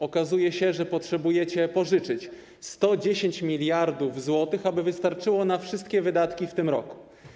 Okazuje się, że potrzebujecie pożyczyć 110 mld zł, aby wystarczyło na wszystkie wydatki w tym roku.